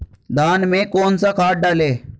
धान में कौन सा खाद डालें?